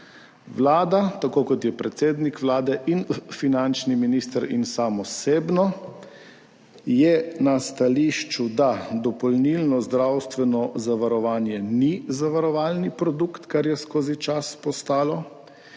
Vlada, tudi predsednik Vlade, finančni minister in sam osebno, ima stališče, da dopolnilno zdravstveno zavarovanje ni zavarovalni produkt, kar je skozi čas postalo.